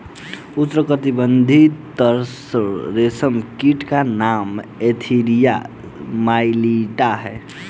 उष्णकटिबंधीय तसर रेशम कीट का नाम एन्थीरिया माइलिट्टा है